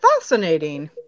fascinating